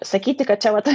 sakyti kad čia vat